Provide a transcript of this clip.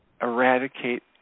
eradicate